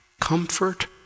comfort